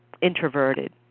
introverted